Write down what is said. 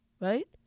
right